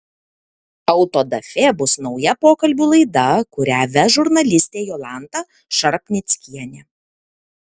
autodafė bus nauja pokalbių laida kurią ves žurnalistė jolanta šarpnickienė